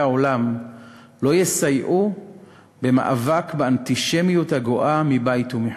העולם לא יסייעו למאבק באנטישמיות הגואה מבית ומחוץ.